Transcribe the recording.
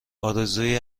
آرزوی